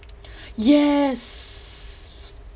yes